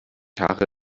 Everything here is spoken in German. haare